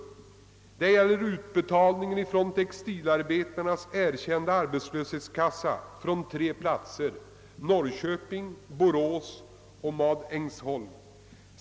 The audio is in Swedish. Siffrorna avser utbetalningen från Textilarbetarnas erkända arbetslöshetskassa till avdelningarna på tre orter, nämligen Norrköping, Borås och Madängsholm.